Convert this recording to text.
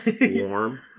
Warm